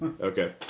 Okay